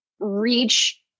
reach